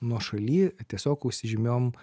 nuošaly tiesiog užsižymėjom